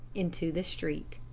into the street.